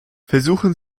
versuchen